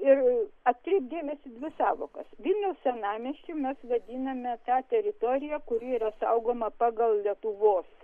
ir atkreipt dėmesį į dvi sąvokas vilniaus senamiesčiu mes vadiname tą teritoriją kuri yra saugoma pagal lietuvos